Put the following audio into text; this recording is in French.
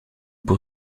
pour